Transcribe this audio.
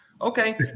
Okay